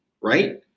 right